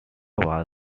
was